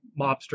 mobster